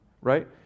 Right